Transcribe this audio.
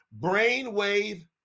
brainwave